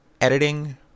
editing